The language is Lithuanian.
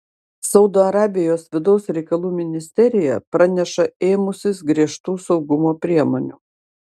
saudo arabijos vidaus reikalų ministerija praneša ėmusis griežtų saugumo priemonių